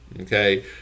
okay